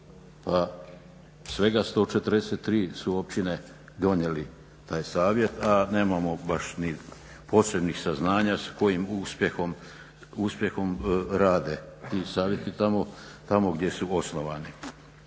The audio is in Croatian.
a svega 143 općine su donijeli taj savjet a nemamo baš ni posebnih saznanja s kojim uspjehom rade ti savjeti tamo gdje su osnovani.